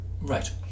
right